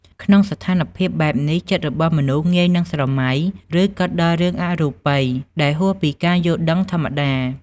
ក្នុងស្ថានភាពបែបនេះ ចិត្តរបស់មនុស្សងាយនឹងស្រមៃ ឬគិតដល់រឿងអរូបី ដែលហួសពីការយល់ដឹងធម្មតា ។